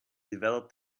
developed